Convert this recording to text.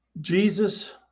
Jesus